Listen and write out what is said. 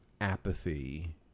apathy